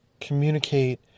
communicate